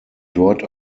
dort